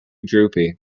droopy